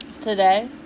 Today